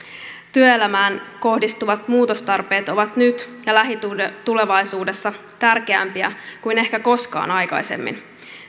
työelämään kohdistuvat muutostarpeet ovat nyt ja lähitulevaisuudessa tärkeämpiä kuin ehkä koskaan aikaisemmin